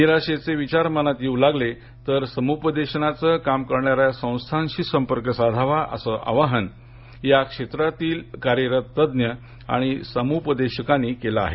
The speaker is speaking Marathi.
निराशेचे विचार मनात येऊ लागले तर समुपदेशनाचं काम करणाऱ्या संस्थांशी संपर्क साधावा असं आवाहन या क्षेत्रातील कार्यरत तज्ञ आणि समुपदेशकांनी केलं आहे